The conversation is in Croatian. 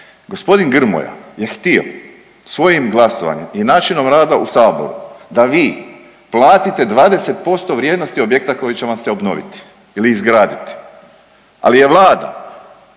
G. Grmoja je htio svojim glasovanjem i načinom rada u Saboru da vi platite 20% vrijednosti objekta koji će vam se obnoviti ili izgraditi. Ali je Vlada